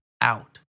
out